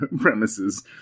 premises